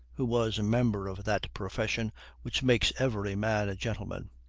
who was a member of that profession which makes every man a gentleman.